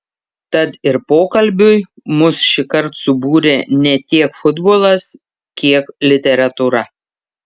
tad ir pokalbiui mus šįkart subūrė ne tiek futbolas kiek literatūra